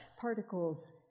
particles